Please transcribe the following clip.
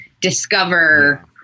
discover